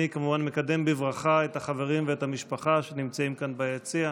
אני כמובן מקדם בברכה את החברים ואת המשפחה שנמצאים כאן ביציע.